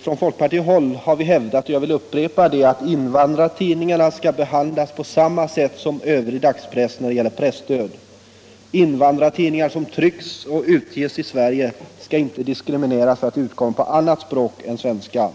Från folkpartihåll har vi hävdat att — det vill jag upprepa — invandrartidningarna skall behandlas på samma sätt som övrig dagspress när det gäller presstöd. Invandrartidningar som trycks och utges i Sverige skall inte diskrimineras för att de utkommer på annat språk än svenska.